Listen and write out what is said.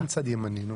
אין צד ימני.